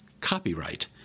Copyright